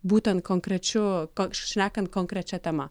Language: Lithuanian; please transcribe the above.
būtent konkrečiu šnekant konkrečia tema